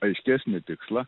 aiškesnį tikslą